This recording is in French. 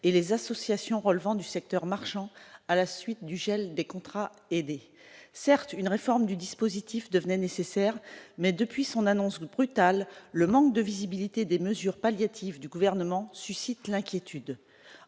et les associations relevant du secteur marchand, à la suite du gel des contrats aidés, certes, une réforme du dispositif devenait nécessaire mais depuis son annonce brutale, le manque de visibilité des mesures palliatives du gouvernement suscitent l'inquiétude